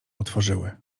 otworzyły